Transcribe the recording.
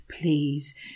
please